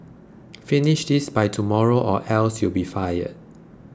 finish this by tomorrow or else you'll be fired